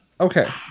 Okay